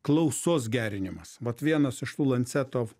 klausos gerinimas vat vienas iš tų lanceto